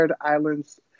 Islands